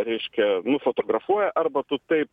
reiškia nufotografuoja arba tu taip